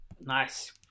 Nice